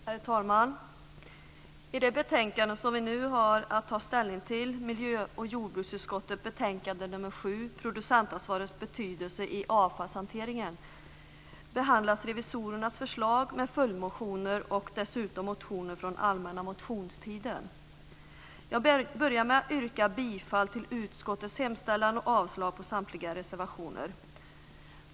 Herr talman! I det betänkande som vi nu har att ta ställning till, miljö och jordbruksutskottets betänkande nr 7, Producentansvarets betydelse i avfallshanteringen, behandlas revisorernas förslag med följdmotioner och dessutom motioner från allmänna motionstiden. Jag börjar med att yrka bifall till utskottets hemställan och avslag på samtliga reservationer.